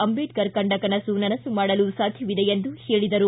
ಅಂಬೇಡ್ಕರ್ ಕಂಡ ಕನಸು ನನಸು ಮಾಡಲು ಸಾಧ್ಯವಿದೆ ಎಂದು ಹೇಳಿದರು